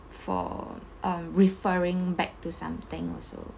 for a referring back to something also